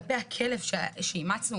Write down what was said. כלפי הכלב שאימצנו